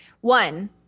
one